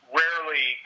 rarely